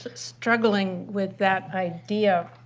struggling with that idea